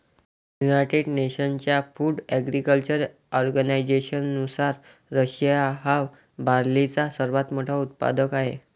United नेशन्सच्या food agriculture ऑर्गनायझेशननुसार, Russia हा बार्लीचा सर्वात मोठा उत्पादक आहे